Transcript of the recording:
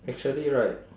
actually right